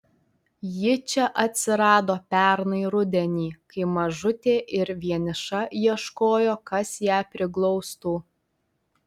ji čia atsirado pernai rudenį kai mažutė ir vieniša ieškojo kas ją priglaustų